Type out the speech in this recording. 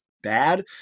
bad